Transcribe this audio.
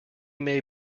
may